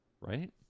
right